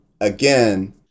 again